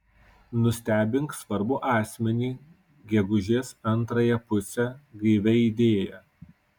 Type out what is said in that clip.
nustebink svarbų asmenį gegužės antrąją pusę gaivia idėja